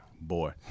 Boy